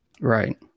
Right